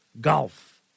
golf